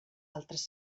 altres